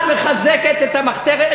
את מחזקת את המחתרת,